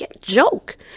joke